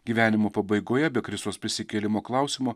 gyvenimo pabaigoje be kristaus prisikėlimo klausimo